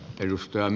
kiitoksia